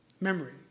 memory